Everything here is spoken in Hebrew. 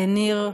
לניר רוזן,